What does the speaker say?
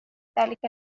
ذلك